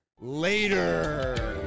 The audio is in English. later